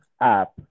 app